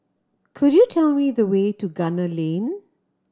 could you tell me the way to Gunner Lane